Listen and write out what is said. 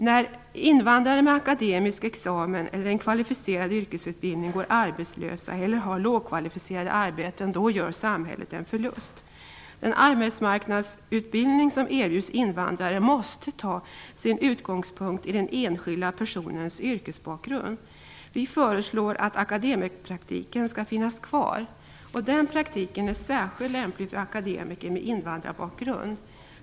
När invandrare med en akademisk examen eller en kvalificerad yrkesutbildning går arbetslösa eller har lågkvalificerade arbeten gör samhället en förlust. Den arbetsmarknadsutbildning som erbjuds invandrare måste ta sin utgångspunkt i den enskilda personens yrkesbakgrund. Vi föreslår att akademikerpraktiken skall finnas kvar. Den praktiken är särskilt lämplig för akademiker med invandrarbakgrund.